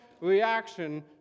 reaction